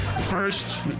First